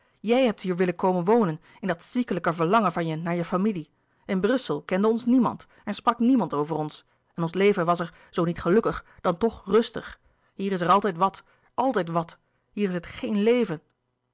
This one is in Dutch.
jij hebt hier willen komen wonen in dat ziekelijke verlangen van je naar je familie in brussel kende ons niemand en sprak niemand over ons en ons leven louis couperus de boeken der kleine zielen was er zoo niet gelukkig dan toch rustig hier is er altijd wat altijd wat hier is het geen leven